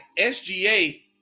SGA